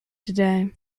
today